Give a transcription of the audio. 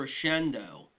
crescendo